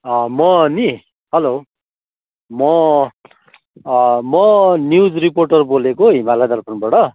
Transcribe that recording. म नि हेलो म म न्युज रिपोर्टर बोलेको हिमालय दर्पणबाट